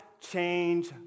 change